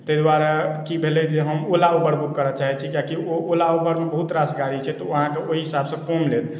ताहि दुआरे की भेलै जे हम ओला ऊबर बुक करए चाहै छी किएकी ओ ओला ऊबरमे बहुत रास गाड़ी छै तऽ ओ अहाँके ओहि हिसाब सँ कम लेत